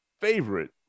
favorite